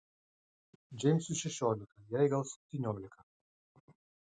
džeimsui šešiolika jai gal septyniolika